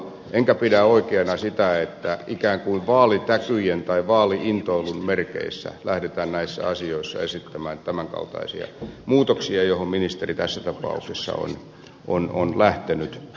enkä pidä oikeana sitä että ikään kuin vaalitäkyjen tai vaali intoilun merkeissä lähdetään näissä asioissa esittämään tämän kaltaisia muutoksia johon ministeri tässä tapauksessa on lähtenyt